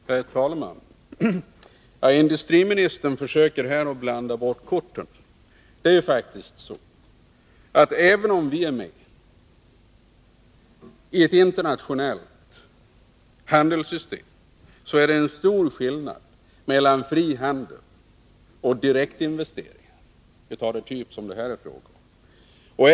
Herr talman! Industriministern försöker här att blanda bort korten. Det är faktiskt så — även om vi är med i ett internationellt handelssystem — att det är försäljningen av stor skillnad mellan fri handel och direktinvesteringar av den typ som det här företaget Wasaär fråga om.